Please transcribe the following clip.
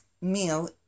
meal